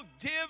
give